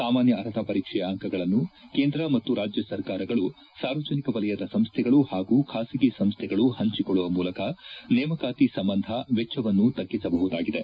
ಸಾಮಾನ್ಯ ಅರ್ಹತಾ ಪರೀಕ್ಷೆಯ ಅಂಕಗಳನ್ನು ಕೇಂದ್ರ ಮತ್ತು ರಾಜ್ಯ ಸರ್ಕಾರಗಳು ಸಾರ್ವಜನಿಕ ವಲಯದ ಸಂಸ್ಟೆಗಳು ಹಾಗೂ ಖಾಸಗಿ ಸಂಸ್ಥೆಗಳು ಹಂಚಿಕೊಳ್ಳುವ ಮೂಲಕ ನೇಮಕಾತಿ ಸಂಬಂಧ ವೆಚ್ಚವನ್ನು ತಗ್ಗಿಸಬಹುದಾಗಿದೆ